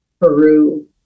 Peru